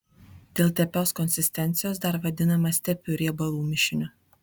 dėl tepios konsistencijos dar vadinamas tepiu riebalų mišiniu